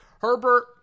Herbert